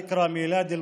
דִ'כְּרַאיַאן,